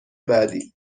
بعدی